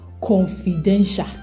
confidential